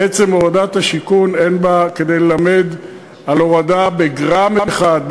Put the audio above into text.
עצם הורדת "השיכון" אין בה כדי ללמד על הורדה בגרם אחד,